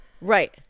Right